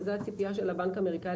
וזו הציפייה של הבנק האמריקאי,